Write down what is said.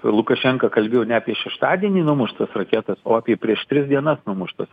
lukašenka kalbėjo ne apie šeštadienį numuštas raketos o apie prieš tris dienas numuštas